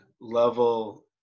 level